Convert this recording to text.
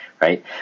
right